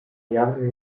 jahre